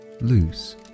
loose